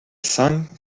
sun